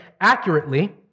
accurately